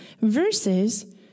versus